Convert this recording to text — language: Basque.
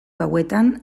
hauetan